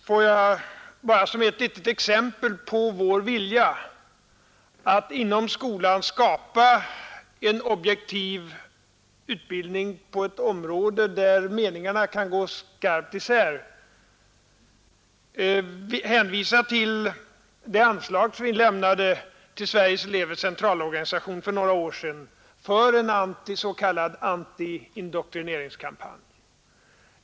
Får jag bara som ett litet exempel på vår vilja att inom skolan skapa en objektiv utbildning på ett område, där meningarna kan gå skarpt isär, hänvisa till det anslag som vi lämnade till Sveriges elevers centralorganisation för några år sedan till en s.k. antiindoktrineringskampanj.